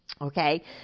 Okay